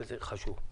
וזה חשוב.